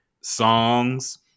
songs